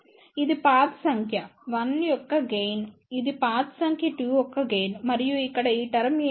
ఇది పాత్ సంఖ్య 1 యొక్క గెయిన్ ఇది పాత్ సంఖ్య 2 యొక్క గెయిన్ మరియు ఇక్కడ ఈ టర్మ్స్ ఏమిటి